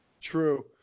True